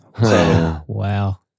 Wow